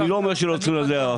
אני לא אומר שלא צריך לתת לדואר,